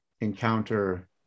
encounter